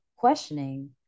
questioning